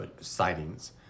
sightings